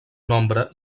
nombre